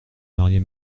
marier